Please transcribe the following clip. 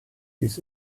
ließ